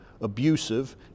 abusive